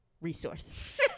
resource